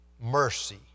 mercy